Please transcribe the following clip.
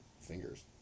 fingers